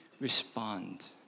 respond